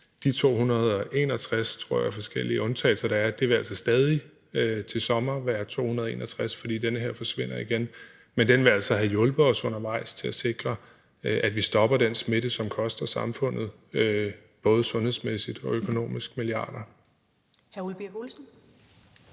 De 261, tror jeg, forskellige undtagelser, der er, vil altså stadig til sommer være 261, fordi den her lov forsvinder igen. Men den vil altså have hjulpet os undervejs til at sikre, at vi stopper den smitte, som koster samfundet sundhedsmæssigt, og som økonomisk koster milliarder